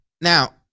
Now